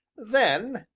then,